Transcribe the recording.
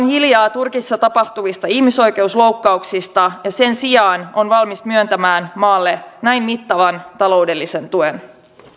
hiljaa turkissa tapahtuvista ihmisoikeusloukkauksista ja sen sijaan ovat valmiit myöntämään maalle näin mittavan taloudellisen tuen